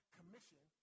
commission